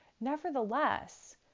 Nevertheless